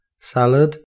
Salad